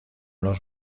los